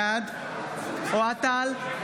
בעד אוהד טל,